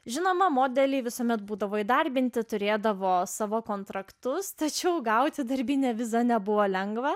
žinoma modeliai visuomet būdavo įdarbinti turėdavo savo kontraktus tačiau gauti darbinę vizą nebuvo lengva